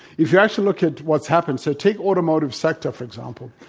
if you actually look at what's happened, so take automotive sector, for example.